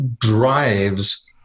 drives